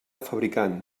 fabricant